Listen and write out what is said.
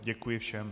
Děkuji všem.